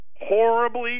horribly